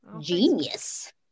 genius